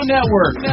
Network